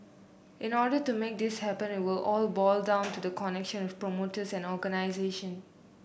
in the order to make this happen it will all boil down to the connections with promoters and organisation